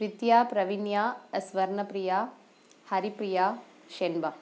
Vidya Pravinya Swarnapriya Haripriya Shenba